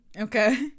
Okay